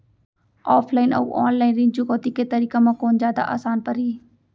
Offline अऊ online ऋण चुकौती के तरीका म कोन जादा आसान परही?